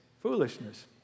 Foolishness